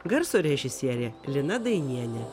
garso režisierė lina dainienė